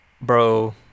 Bro